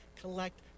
collect